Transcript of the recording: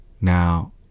Now